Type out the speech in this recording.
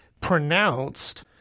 pronounced